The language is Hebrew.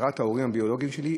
מכירה את ההורים הביולוגיים שלי,